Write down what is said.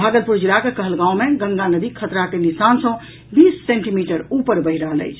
भागलपुर जिलाक कहलगांव मे गंगा नदी खतरा के निशान सॅ बीस सेंटीमीटर ऊपर बहि रहल अछि